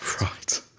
Right